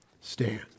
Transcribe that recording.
stand